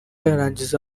yarangiza